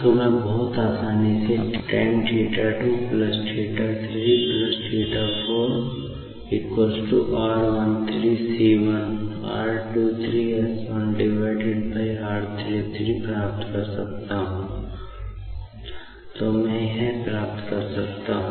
तो मैं बहुत आसानी से tanr33 प्राप्त कर सकता हूँ तो मैं यह प्राप्त कर सकता हूँ